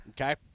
Okay